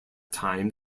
time